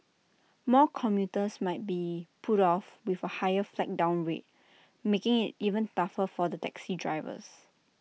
more commuters might be put off with A higher flag down rate making IT even tougher for the taxi drivers